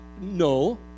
No